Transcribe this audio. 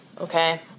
Okay